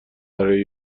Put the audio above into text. برای